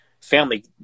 family